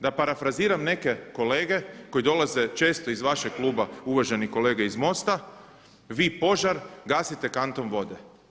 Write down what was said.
Da parafraziram neke kolege koji dolaze često iz vašeg kluba, uvaženi kolege iz MOST-a, vi požar gasite kantom vode.